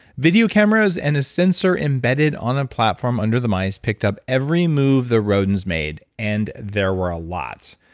video cameras and a sensor embedded on a platform under the mice picked up every move the rodents made and there were a lot.